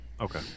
Okay